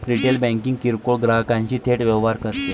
retail banking किरकोळ ग्राहकांशी थेट व्यवहार करते